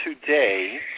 today